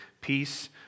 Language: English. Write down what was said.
peace